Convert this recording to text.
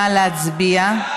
נא להצביע.